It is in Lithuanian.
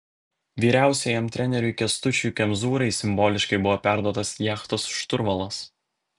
vyriausiajam treneriui kęstučiui kemzūrai simboliškai buvo perduotas jachtos šturvalas